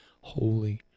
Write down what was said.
holy